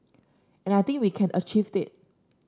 and I think we can achieved it